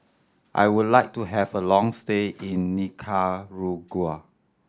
I would like to have a long stay in Nicaragua